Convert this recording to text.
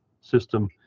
system